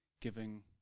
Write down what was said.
giving